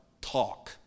talk